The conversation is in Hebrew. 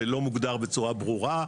שלא מוגדר בצורה ברורה.